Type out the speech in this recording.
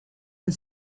and